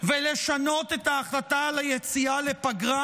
ולשנות את ההחלטה על היציאה לפגרה.